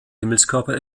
himmelskörper